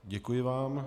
Děkuji vám.